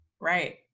Right